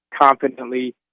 confidently